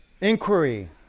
Inquiry